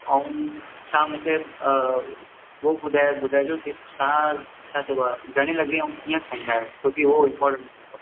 अऊं छा मुखे ॿियो बुधायो बुधाय जो की तां छा चयबो आहे घणे लॻे अऊं किंअ खाईंदा अहियो छो की हूवो इम्पॉरटंट हूंदो आ